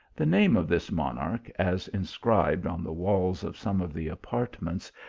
the name of this monarch, as inscribed on the walls of some of the apartments,